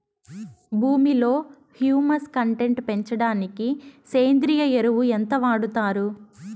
భూమిలో humus content పెంచడానికి సేంద్రియ ఎరువు ఎంత వాడుతారు